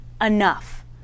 enough